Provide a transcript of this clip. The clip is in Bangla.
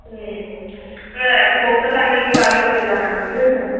হুম দেখ ভোক্তা থাকলে কিন্তু আগে থেকে জানাস ঠিক আছে